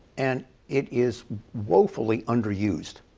and it is woefully underused.